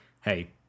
Hey